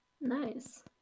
Nice